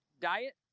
diet